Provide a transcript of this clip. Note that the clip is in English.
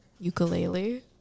Ukulele